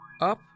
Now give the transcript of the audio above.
up